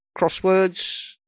crosswords